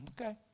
Okay